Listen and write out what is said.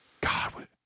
God